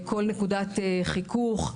כל נקודת חיכוך,